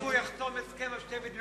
אם הוא יחתום הסכם על שתי מדינות,